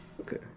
okay